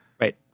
Right